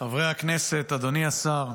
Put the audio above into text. חברי הכנסת, אדוני השר,